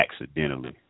accidentally